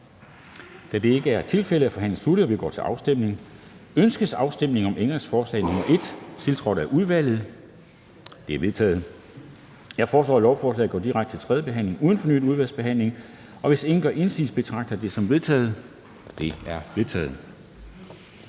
13:03 Afstemning Formanden (Henrik Dam Kristensen): Ønskes afstemning om ændringsforslag nr. 1, tiltrådt af udvalget? Det er vedtaget. Jeg foreslår, at lovforslaget går direkte til tredje behandling uden fornyet udvalgsbehandling, og hvis ingen gør indsigelse, betragter jeg det som vedtaget. Det er vedtaget.